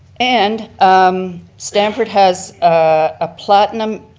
and um stamford has a platinum,